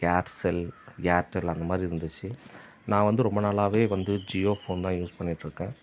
Aircel Airtel அந்த மாதிரி இருந்துச்சு நான் வந்து ரொம்ப நாளாகவே வந்து ஜியோ ஃபோன் தான் யூஸ் பண்ணிட்டு இருக்கேன்